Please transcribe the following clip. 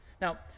Now